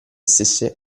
stesse